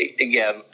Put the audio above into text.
again